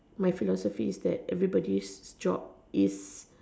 my philosophy is that everybody's job is